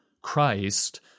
Christ